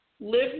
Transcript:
live